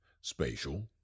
spatial